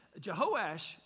Jehoash